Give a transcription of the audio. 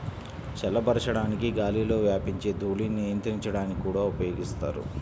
చల్లబరచడానికి గాలిలో వ్యాపించే ధూళిని నియంత్రించడానికి కూడా ఉపయోగిస్తారు